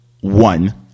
one